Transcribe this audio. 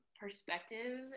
perspective